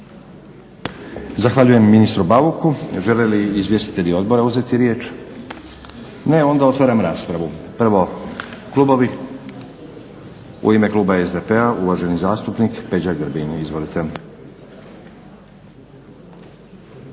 Zahvaljujem ministru Bauku. Žele li izvjestitelji odbora uzeti riječ? Ne. Otvaram raspravu. Prvo klubovi. U ime kluba SDP-a uvaženi zastupnik Peđa Grbin. Izvolite.